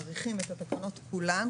מאריכים את התקנות כולן,